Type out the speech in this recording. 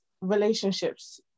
relationships